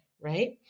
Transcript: right